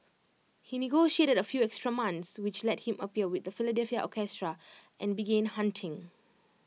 he negotiated A few extra months which let him appear with the Philadelphia orchestra and began hunting